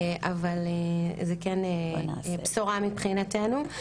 אבל זה כן בשורה מבחינתנו.